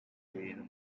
ibintu